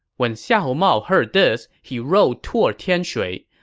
when xiahou mao heard this, he rode toward tianshui.